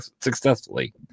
successfully